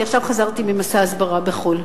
אני חזרתי עכשיו ממסע הסברה בחו"ל.